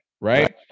right